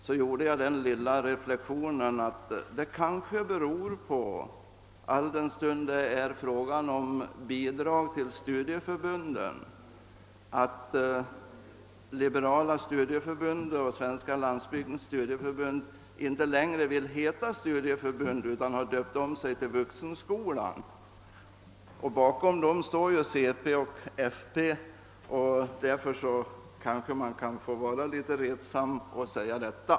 Då gjorde jag den lilla reflexionen att det kanske beror på — alldenstund det är fråga om bidrag till studieförbunden — att Liberala studieförbundet och Svenska Landsbygdens studieförbund inte längre vill heta studieförbund utan har döpt om sig till Vuxenskola. Bakom står ju centerpartiet och folkpartiet och därför kanske man kan få vara litet retsam.